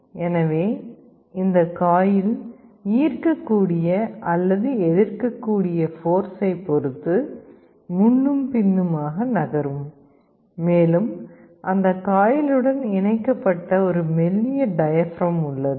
எனவே இந்த காயில் ஈர்க்கக்கூடிய அல்லது எதிர்க்கக்கூடிய போர்சைப் பொறுத்து முன்னும் பின்னுமாக நகரும் மேலும் அந்த காயிலுடன் இணைக்கப்பட்ட ஒரு மெல்லிய டயப்ரம் உள்ளது